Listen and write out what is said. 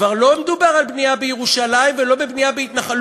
כבר לא מדובר על בנייה בירושלים ולא בבנייה בהתנחלויות,